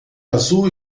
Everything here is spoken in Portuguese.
azul